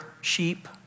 sheep